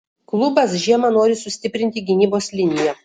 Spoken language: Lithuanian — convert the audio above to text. klubas žiemą nori sustiprinti gynybos liniją